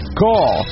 call